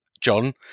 john